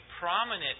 prominent